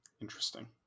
Interesting